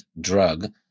drug